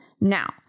Now